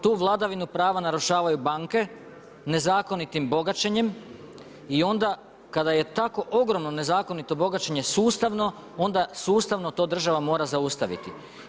Tu vladavinu prava narušavaju banke nezakonitim bogaćenjem i onda kada je tako ogromno nezakonito bogaćenje sustavno onda sustavno to država mora zaustaviti.